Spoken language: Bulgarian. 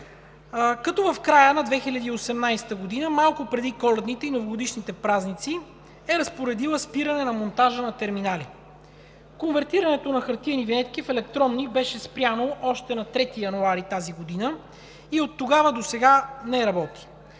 като в края на 2018 г., малко преди Коледните и Новогодишните празници, е разпоредила спиране на монтажа на терминалите. Конвертирането на хартиени винетки в електронни беше спряно още на 3 януари тази година и от тогава досега не работи.